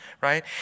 right